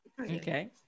Okay